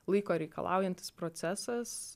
laiko reikalaujantis procesas